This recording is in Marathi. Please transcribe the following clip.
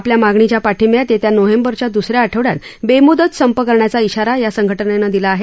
आपल्या मागणीच्या पाठिंब्यात येत्या नोव्हेंबरच्या द्स या आठवड्यात बेमुदत संप करण्याचा इशारा या संघटनेनं दिली आहे